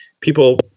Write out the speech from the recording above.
people